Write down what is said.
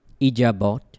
Ijabot